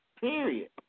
period